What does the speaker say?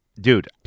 Dude